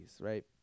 right